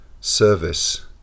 service